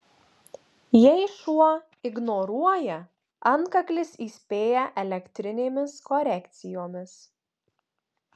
jei šuo ignoruoja antkaklis įspėja elektrinėmis korekcijomis